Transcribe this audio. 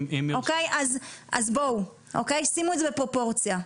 אם יורשה --- אז, בואו, שימו את זה בפרופורציה.